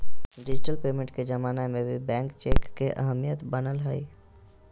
digital payment के जमाना में भी बैंक चेक के अहमियत बनल हइ